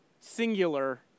singular